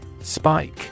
spike